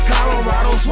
Colorado